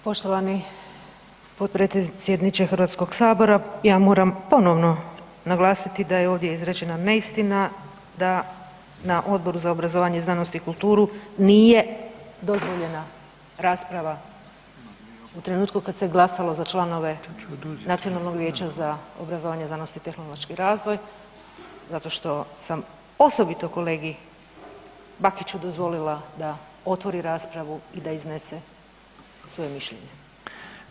Poštovani potpredsjedniče Hrvatskoga sabora, ja moram ponovno naglasiti da je ovdje izrečena neistina, da na Odboru za obrazovanje, znanost i kulturu nije dozvoljena rasprava u trenutku kada se glasalo za članove Nacionalnog vijeća za obrazovanje, znanost i tehnološki razvoj zato što sam osobito kolegi Bakiću dozvolila da otvori raspravu i da iznese svoje mišljenje.